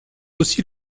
aussi